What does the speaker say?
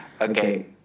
Okay